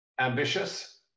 ambitious